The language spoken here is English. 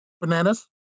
Bananas